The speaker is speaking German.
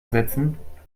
setzen